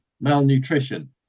malnutrition